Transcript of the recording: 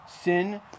Sin